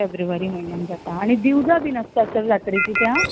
फेब्रुवारी म्हयन्यांत जाता आनी दिवजां बीन आसता सर जात्रेचीं त्या